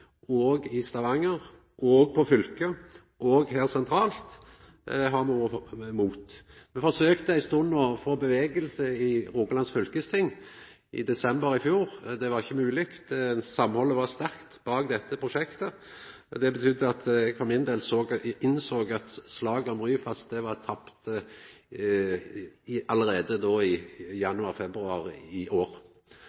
i Stavanger og på fylkessida. Òg her, sentralt, har me vore imot. Me forsøkte ei stund å få bevegelse i Rogaland fylkesting, i desember i fjor. Det var ikkje mogleg. Samhaldet var sterkt bak dette prosjektet. Det betydde at eg for min del innsåg at slaget om Ryfast var tapt allereie då, i